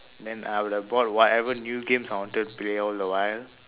then I would have bought whatever new games I wanted to play all the while